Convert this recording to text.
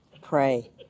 Pray